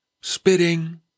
spitting